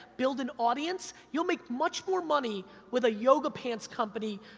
build an audience, you'll make much more money with a yoga pants company,